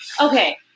Okay